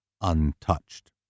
untouched